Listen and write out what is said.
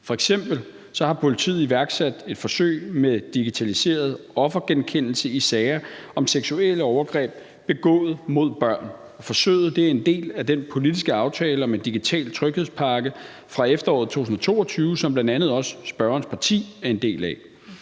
har politiet iværksat et forsøg med digitaliseret offergenkendelse i sager om seksuelle overgreb begået mod børn. Forsøget er en del af den politiske aftale om en digital tryghedspakke fra efteråret 2022, som bl.a. også spørgerens parti er en del af.